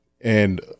And-